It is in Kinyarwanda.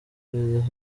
perezida